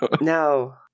No